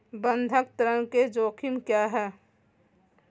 बंधक ऋण के जोखिम क्या हैं?